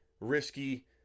risky